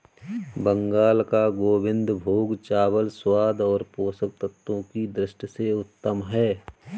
बंगाल का गोविंदभोग चावल स्वाद और पोषक तत्वों की दृष्टि से उत्तम है